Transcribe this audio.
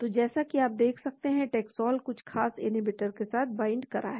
तो जैसा कि आप देख सकते हैं टैक्सोल कुछ खास इन्हिबिटर के साथ बाइंड करा है